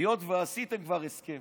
היות שעשיתם כבר הסכם,